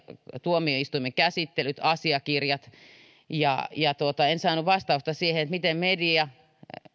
tuomioistuimen käsittelyt ja asiakirjat ja en saanut vastausta siihen miten media